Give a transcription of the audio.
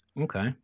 okay